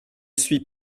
suis